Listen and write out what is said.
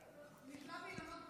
נתלה באילנות גבוהים.